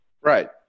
right